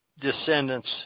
descendants